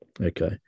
Okay